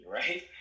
right